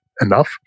enough